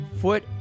foot